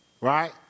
Right